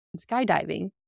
skydiving